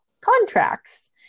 contracts